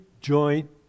joint